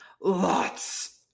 lots